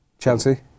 Chelsea